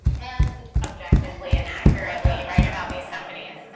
and objectively and accurately write about these companies.